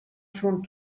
چون